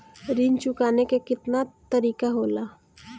ऋण चुकाने के केतना तरीका होला?